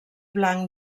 blanc